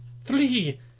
Three